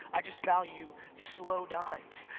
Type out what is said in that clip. i just value slow dimes.